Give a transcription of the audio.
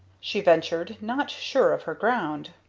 she ventured, not sure of her ground.